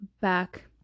back